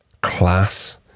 Class